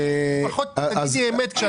לפחות תגידי אמת.